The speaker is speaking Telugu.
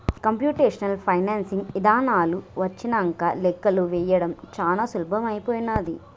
కంప్యుటేషనల్ ఫైనాన్సింగ్ ఇదానాలు వచ్చినంక లెక్కలు వేయడం చానా సులభమైపోనాది